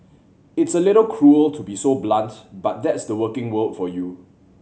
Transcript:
it's a little cruel to be so blunt but that's the working world for you